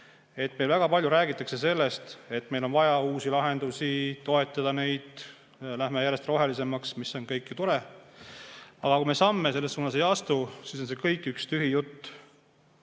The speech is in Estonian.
Meil väga palju räägitakse sellest, et meil on vaja uusi lahendusi. Neid tuleb toetada, me läheme järjest rohelisemaks. See kõik on ju tore. Aga kui me samme selles suunas ei astu, siis on see kõik üks tühi jutt.